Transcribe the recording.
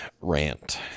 rant